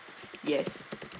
yes